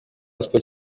gospel